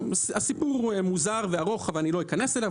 הסיפור מוזר וארוך ואני לא אכנס אליו.